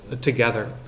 together